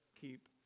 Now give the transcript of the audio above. keep